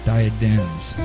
Diadems